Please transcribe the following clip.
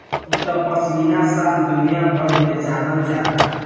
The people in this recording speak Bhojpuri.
अब त पश्मीना शाल दुनिया भर में जानल जाता